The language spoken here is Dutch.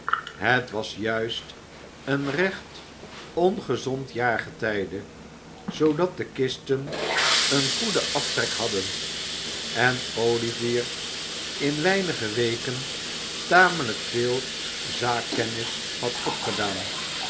het was juist een recht ongezond jaargetijde zoodat de kisten een goeden aftrek hadden en olivier in weinige weken tamelijk veel zaakkennis had opgedaan